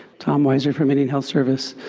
tom wiser from indian health service.